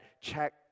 Check